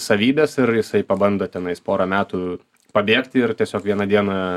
savybes ir jisai pabando tenais porą metų pabėgti ir tiesiog vieną dieną